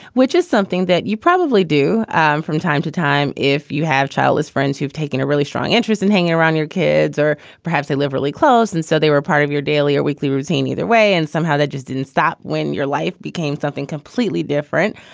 which is something that you probably do and from time to time. if you have childless friends who've taken a really strong interest in hanging around your kids or perhaps they live really close. and so they were part of your daily or weekly routine either way. and somehow that just didn't stop when your life became something completely different.